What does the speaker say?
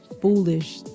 foolish